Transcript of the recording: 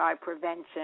prevention